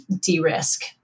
de-risk